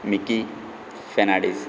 Mickey Fernandes